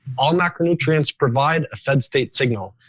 all macronutrients provide a fed state signal.